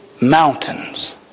mountains